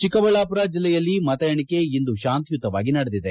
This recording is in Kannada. ಚಿಕ್ಕಬಳ್ಳಾಮರ ಜಿಲ್ಲೆಯಲ್ಲಿ ಮತ ಎಣಿಕೆ ಇಂದು ಶಾಂತಿಯುತವಾಗಿ ನಡೆದಿದೆ